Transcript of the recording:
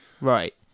right